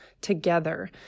together